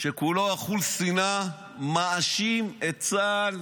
שכולו אכול שנאה, מאשים את צה"ל